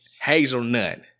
hazelnut